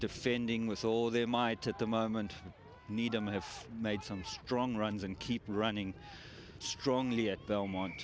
defending with all their might at the moment needham have made some strong runs and keep it running strongly at belmont